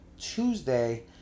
Tuesday